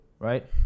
Right